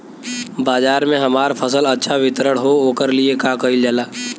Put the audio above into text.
बाजार में हमार फसल अच्छा वितरण हो ओकर लिए का कइलजाला?